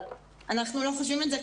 אנחנו לא חושבים את זה,